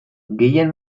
gehien